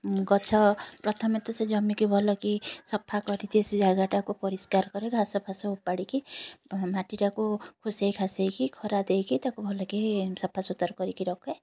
ଗଛ ପ୍ରଥମେ ତ ସେ ଜମିକି ଭଲକରି ସଫା କରିଦିଏ ସେ ଜାଗାଟାକୁ ପରିଷ୍କାର କରେ ଘାସ ଫାସ ଓପାଡ଼ିକି ମାଟିଟାକୁ ଖୁସେଇ ଖାସେଇକି ଖରା ଦେଇକି ତାକୁ ଭଲକରି ସଫା ସୁତରା କରିକି ରଖେ